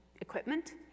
equipment